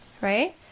right